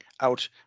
out